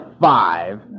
five